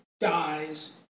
dies